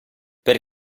per